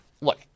look